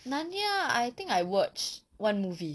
narnia I think I watched one movie